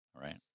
right